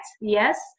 yes